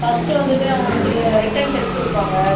first வந்துவிட்டு அவனுக்கு return test வைப்பாங்க